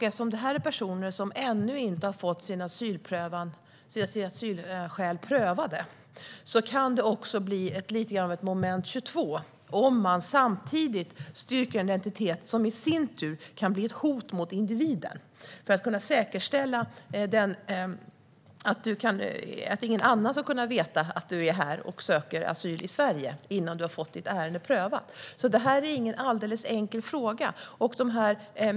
Eftersom det här rör sig om personer som ännu inte har fått sina asylskäl prövade kan det också blir lite grann av ett moment 22, om man samtidigt styrker en identitet som i sin tur kan utgöra ett hot mot individen. Det gäller att säkerställa att ingen annan ska kunna veta att en person är här och söker asyl i Sverige innan ärendet har prövats. Det här är ingen alldeles enkel fråga.